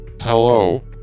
Hello